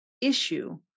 issue